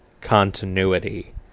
continuity